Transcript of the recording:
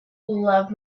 love